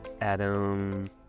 Adam